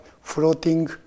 floating